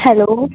hello